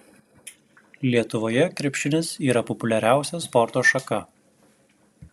lietuvoje krepšinis yra populiariausia sporto šaka